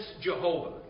Jehovah